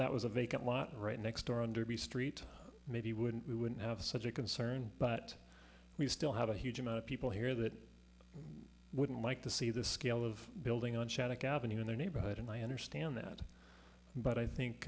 that was a vacant lot right next door under the street maybe wouldn't we wouldn't have such a concern but we still have a huge amount of people here that wouldn't like to see the scale of building on shattuck avenue in their neighborhood and i understand that but i think